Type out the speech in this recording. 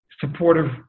supportive